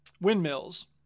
windmills